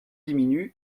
diminuent